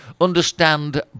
understand